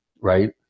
Right